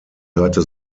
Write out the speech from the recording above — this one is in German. hörte